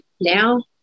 Now